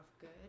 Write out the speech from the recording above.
good